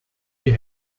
die